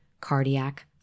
cardiac